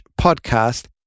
podcast